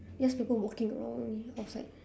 just people walking around only outside